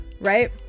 right